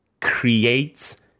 creates